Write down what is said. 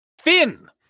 Finn